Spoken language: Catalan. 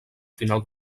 final